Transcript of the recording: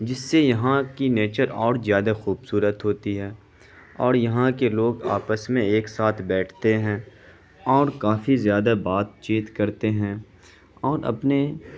جس سے یہاں کی نیچر اور زیادہ خوبصورت ہوتی ہے اور یہاں کے لوگ آپس میں ایک ساتھ بیٹھتے ہیں اور کافی زیادہ بات چیت کرتے ہیں اور اپنے